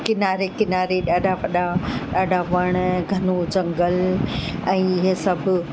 किनारे किनारे ॾाढा वॾा ॾाढा वण घनो झंगल ऐं इहे सभु